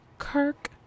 Kirk